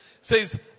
says